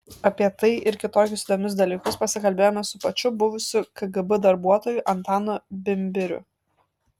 apie tai ir kitokius įdomius dalykus pasikalbėjome su pačiu buvusiu kgb darbuotoju antanu bimbiriu